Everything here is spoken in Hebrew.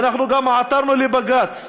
ואנחנו גם עתרנו לבג"ץ